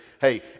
hey